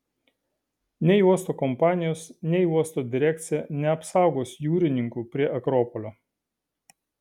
nei uosto kompanijos nei uosto direkcija neapsaugos jūrininkų prie akropolio